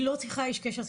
היא לא צריכה איש קשר.